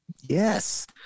yes